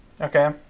okay